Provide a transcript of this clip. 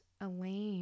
Elaine